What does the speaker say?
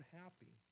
happy